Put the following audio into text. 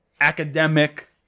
academic